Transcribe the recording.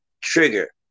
trigger